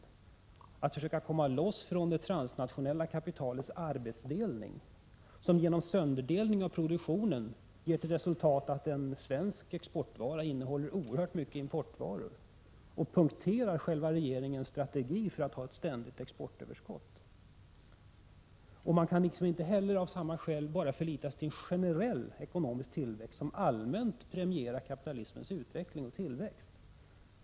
Man måste försöka komma loss från det transnationella kapitalets arbetsdelning, som genom sönderdelning av produktionen ger till resultat att en svensk exportvara innehåller oerhört mycket importvaror och punkterar regeringens strategi för att ha ett ständigt exportöverskott. Av samma skäl kan man inte bara förlita sig till generell ekonomisk tillväxt, som allmänt premierar kapitalismens utveckling och tillväxt.